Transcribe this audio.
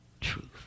truth